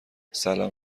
سلام